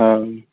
ହଁ